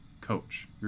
coach